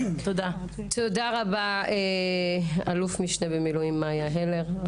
תודה רבה, אל"מ במילואים מאיה הלר.